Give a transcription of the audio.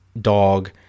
dog